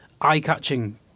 eye-catching